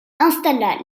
installa